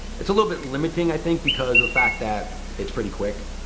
it's a little bit limiting, i think, because of the fact that it's pretty quick.